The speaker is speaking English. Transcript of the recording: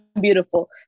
beautiful